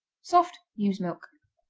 soft, ewe's milk.